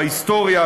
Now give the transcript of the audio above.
בהיסטוריה,